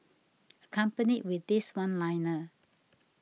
accompanied with this one liner